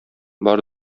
бар